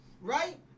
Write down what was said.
Right